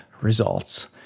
results